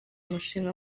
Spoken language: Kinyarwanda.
umushinga